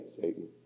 Satan